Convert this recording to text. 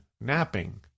napping